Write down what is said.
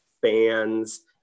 fans